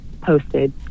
posted